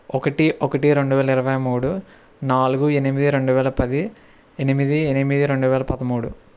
ఒకటి ఒకటి రెండు వేల ఇరవై మూడు నాలుగు ఎనిమిది రెండు వేల పది ఎనిమిది ఎనిమిది రెండు వేల పదమూడు